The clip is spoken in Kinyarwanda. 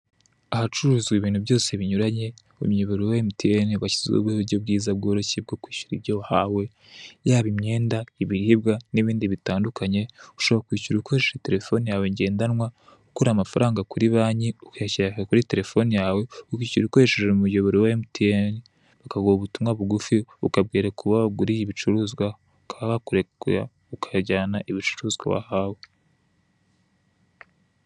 Ahacururizwa ibintu byose binyuranye, umuyoboro wa emutiyene washyizeho uburyo bwiza bworoshye bwo kwishyura ibyo wahawe yaba imyenda, ibiribwa n'ibindi bitandukanye ushobora kwishura ukoresheje terefone yawe ngendanwa, ukuruye amafaranga kuri banki ukayashyira kuri terefone yawe ukishyura ukoresheje umuyoboro wa emutiyene ukaguha ubutumwa bugufi ukabwereka uwo waguriye ibicuruzwa, bakaba bakureka ukajyana ibicuruzwa wahawe.